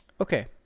Okay